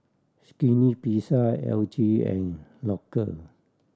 Skinny Pizza L G and Loacker